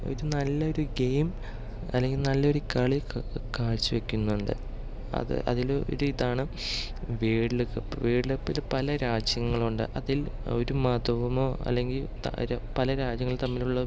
ഒരു നല്ലൊരു ഗെയിം അല്ലെങ്കിൽ നല്ലൊരു കളി കാഴ്ചവെക്കുന്നുണ്ട് അത് അതിലൊരിതാണ് വേൾഡ്കപ്പ് വേൾഡ് കപ്പില് പല രാജ്യങ്ങളുണ്ട് അതിൽ ഒരു മതവുമോ അല്ലെങ്കിൽ പല രാജ്യങ്ങൾ തമ്മിലുള്ള